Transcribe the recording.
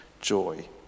joy